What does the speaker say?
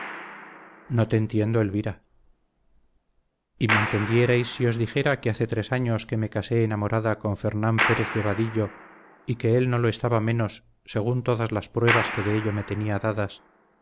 no te entiendo elvira y me entenderíais si os dijera que hace tres años que me casé enamorada con fernán pérez de vadillo y que él no lo estaba menos según todas las pruebas que de ello me tenía dadas